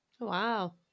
Wow